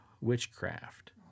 witchcraft